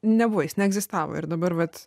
nebuvo jis neegzistavo ir dabar vat